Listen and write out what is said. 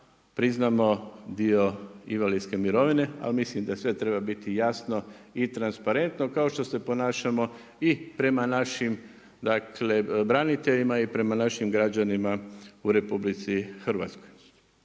priznamo dio invalidske mirovine ali mislim da sve treba biti jasno i transparentno kao što se ponašamo i prema našim dakle braniteljima i prema našim građanima u RH. Godišnji trošak je